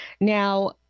Now